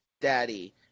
daddy